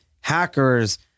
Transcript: hackers